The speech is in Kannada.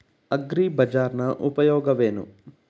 ಅಗ್ರಿಬಜಾರ್ ನ ಉಪಯೋಗವೇನು?